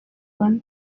bane